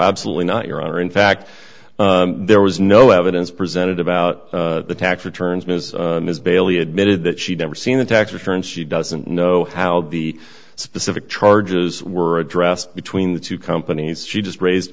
absolutely not your honor in fact there was no evidence presented about the tax returns because ms bailey admitted that she never seen the tax returns she doesn't know how the specific charges were addressed between the two companies she just raised